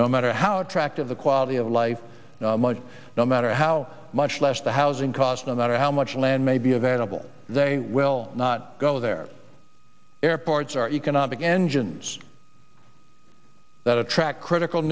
no matter how tract of the quality of life no matter how much less the housing cost no matter how much land may be available they will not go there airports are economic engines that attract critical